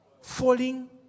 falling